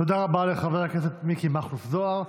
תודה רבה לחבר הכנסת מיקי מכלוף זוהר.